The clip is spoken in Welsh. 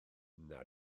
nac